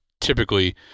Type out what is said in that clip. typically